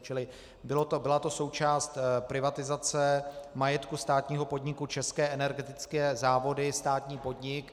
Čili byla to součást privatizace majetku státního podniku České energetické závody, státní podnik.